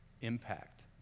impact